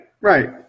right